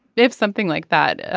if something like that